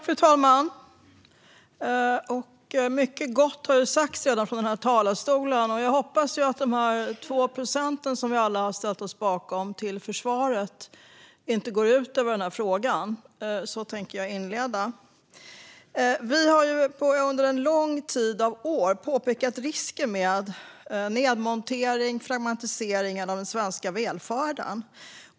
Fru talman! Mycket gott har redan sagts från den här talarstolen. Jag hoppas att de 2 procent till försvaret som vi alla har ställt oss bakom inte går ut över den här frågan. Så vill jag inleda. Vi har under en lång tid av år påpekat risken med nedmonteringen och fragmentiseringen av den svenska välfärden.